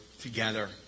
together